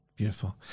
Beautiful